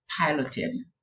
piloting